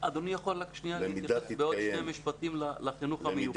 אדוני יכול להוסיף עוד שני משפטים לגבי החינוך המיוחד?